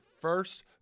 first